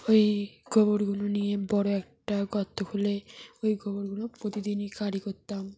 ওই গোবরগুলো নিয়ে বড় একটা গর্ত খুলে ওই গোবরগুলো প্রতিদিনই কাঁড়ি করতাম